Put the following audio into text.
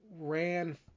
ran